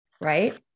Right